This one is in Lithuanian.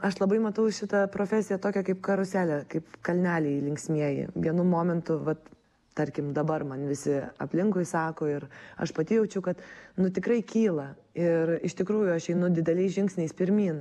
aš labai matau šitą profesiją tokią kaip karuselę kaip kalneliai linksmieji vienu momentu vat tarkim dabar man visi aplinkui sako ir aš pati jaučiu kad nu tikrai kyla ir iš tikrųjų aš einu dideliais žingsniais pirmyn